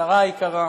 השרה היקרה,